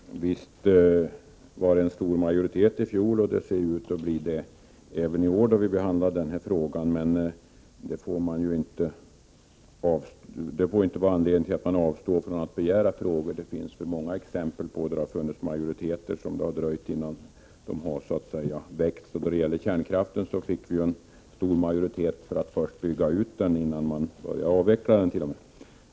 Herr talman! Visst fanns det i fjol en stor majoritet som inte ville göra ett tillkännagivande om att Sverige skulle arbeta internationellt för att åstadkomma förbättringar. Det ser ut att bli så även i år. Men för den skull får man inte avstå från att väcka frågor. Det finns ju många exempel på att det har dröjt länge från det man har väckt frågor till det att det funnits en majoritet. Då det gäller kärnkraften fanns det ju först en stor majoritet för en utbyggnad. Men sedan har man fått majoritet för avveckling.